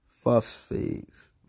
phosphates